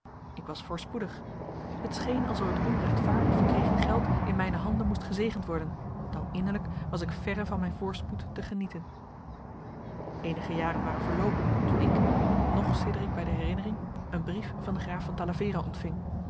ik was voorspoedig het scheen alsof het onrechtvaardig verkregen geld in mijne handen moest gezegend worden dan innerlijk was ik verre van mijn voorspoed te genieten eenige jaren waren verloopen toen ik nog sidder ik bij de herinnering een brief van den graaf van talavera ontving